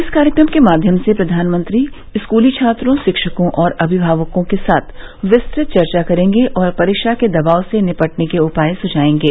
इस कार्यक्रम के माध्यम से प्रधानमंत्री स्कूली छात्रों शिक्षकों और अमिमावकों के साथ विस्तृत चर्चा करेंगे और परीक्षा के दबाव से निपटने के उपाय सुझाएंगे